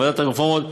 ועדת הרפורמות,